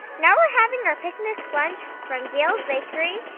now we're having our picnic lunch from gayle's bakery.